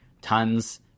tons